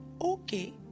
Okay